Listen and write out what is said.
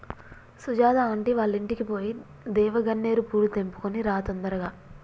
Sujatha aunty వాళ్ళింటికి పోయి దేవగన్నేరు పూలు తెంపుకొని రా తొందరగా